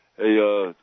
Hey